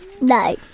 No